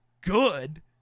good